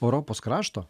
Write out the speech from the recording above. europos krašto